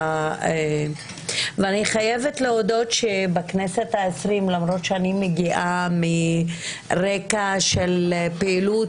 ואני חייבת להודות שלמרות שאני מגיעה מרקע של פעילות